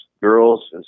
girls